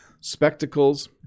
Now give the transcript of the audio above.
spectacles